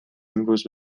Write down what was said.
امروز